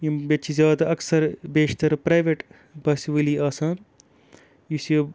یِم ییٚتہِ چھِ زیادٕ اَکثَر بیشتَر پرٛایویٹ بَسہِ وٲلی آسان یُس یہِ